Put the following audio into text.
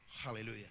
Hallelujah